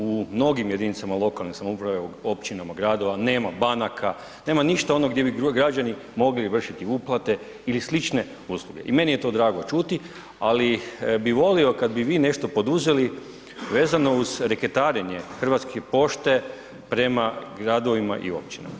U mnogim jedinicama lokalne samouprave, općinama, gradova nema banaka, nema ništa onog gdje bi građani mogli vršiti uplate ili slične usluge i meni je to drago čuti, ali bi volio kad bi vi nešto poduzeli vezano uz reketarenje Hrvatske pošte prema gradovima i općinama.